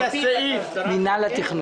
התכנון.